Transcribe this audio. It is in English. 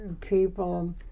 people